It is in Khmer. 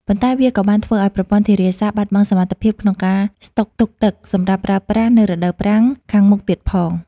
ប៉ុន្តែវាក៏បានធ្វើឱ្យប្រព័ន្ធធារាសាស្ត្របាត់បង់សមត្ថភាពក្នុងការស្តុកទុកទឹកសម្រាប់ប្រើប្រាស់នៅរដូវប្រាំងខាងមុខទៀតផង។